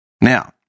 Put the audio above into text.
Now